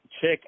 check